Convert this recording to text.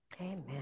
amen